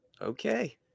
Okay